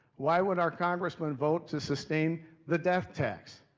why would our congressman vote to sustain the death tax?